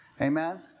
amen